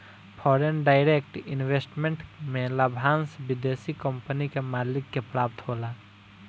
foreign direct investment में लाभांस विदेशी कंपनी के मालिक के प्राप्त होला